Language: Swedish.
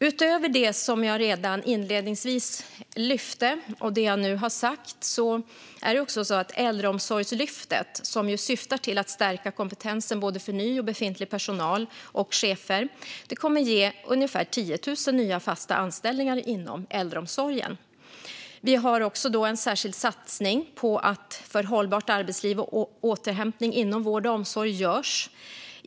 Utöver det jag inledningsvis lyfte fram och det jag nu har sagt kommer Äldreomsorgslyftet, som syftar till att stärka kompetensen hos både ny och befintlig personal och chefer, att ge ungefär 10 000 nya fasta anställningar inom äldreomsorgen. Vi gör också en särskild satsning på hållbart arbetsliv och återhämtning inom vård och omsorg.